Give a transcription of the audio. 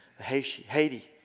Haiti